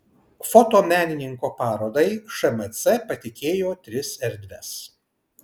fotomenininko parodai šmc patikėjo tris erdves